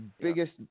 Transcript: biggest